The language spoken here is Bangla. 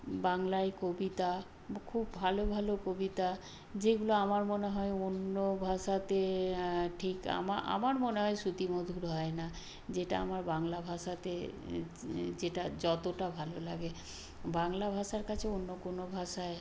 বাংলায় কবিতা খুব ভালো ভালো কবিতা যেগুলো আমার মনে হয় অন্য ভাষাতে ঠিক আমার মনে হয় শুতিমধুর হয় না যেটা আমার বাংলা ভাষাতে যেটা যতোটা ভালো লাগে বাংলা ভাষার কাছে অন্য কোনো ভাষায়